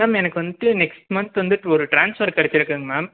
ma'am எனக்கு வந்துவிட்டு next month வந்து ஒரு ட்ரான்ஸ்ஃபர் கிடச்சிருக்குங்க மேம்